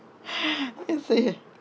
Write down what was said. you see